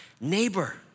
neighbor